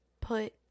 put